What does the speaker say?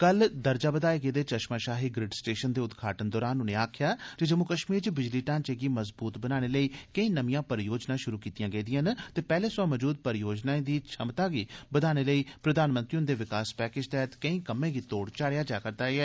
कल दर्जा बघाए गेदे चश्माशाही ग्रिड स्टेशन दे उद्घाटन दौरान उनें आक्खेआ जम्मू कश्मीर च बिजली ढ़ांचे गी मजबूत बनाने लेई केंई नमियां परियोजनां शुरू कीतियां गेदियां न ते पैहले सवां मजूद परियोजनाएं दी छमता गी बधाने लेई बी प्रधानमंत्री हुन्दे विकास पैकेज तैह्त केंई कम्में गी तोड़ चाढ़ेआ जा करदा ऐ